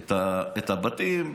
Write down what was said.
את הבתים,